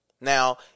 Now